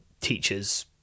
teacher's